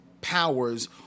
powers